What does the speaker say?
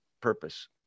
purpose